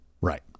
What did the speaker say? right